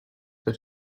but